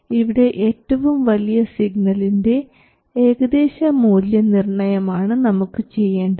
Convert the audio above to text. ഇവിടെ ഏറ്റവും വലിയ സിഗ്നലിൻറെ ഏകദേശ മൂല്യനിർണയമാണ് നമുക്ക് ചെയ്യേണ്ടത്